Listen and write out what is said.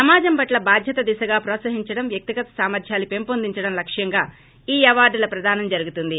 సమాజం పట్ల బాధ్యత దిశగా హ్రోత్సహించడం వ్యక్తిగత సామర్ధ్యాలను పెంపొదించడం లక్ష్యంగా ఈ అవార్షుల ప్రదానం జరుగుతుంది